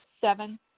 Seven